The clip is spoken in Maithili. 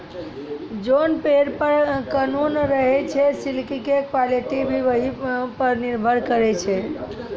जोन पेड़ पर ककून रहै छे सिल्क के क्वालिटी भी वही पर निर्भर करै छै